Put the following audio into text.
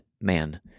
man